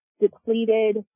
depleted